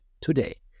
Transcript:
today